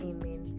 Amen